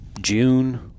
June